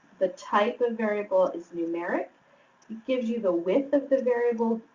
the type of variable is numeric. it gives you the width of the variable,